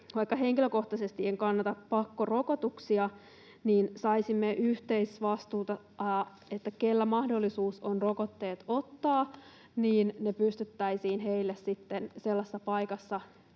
vaikka henkilökohtaisesti en kannata pakkorokotuksia, niin saisimme yhteisvastuuta, eli niille, keillä mahdollisuus on rokotteet ottaa, pystyttäisiin sellainen paikka